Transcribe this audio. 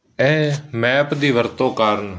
ਇਹ ਮੈਪ ਦੀ ਵਰਤੋਂ ਕਾਰਨ